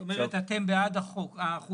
זאת אומרת, אתם בעד החוקים.